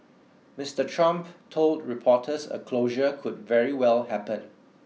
Mister Trump told reporters a closure could very well happen